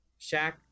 Shaq